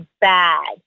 bad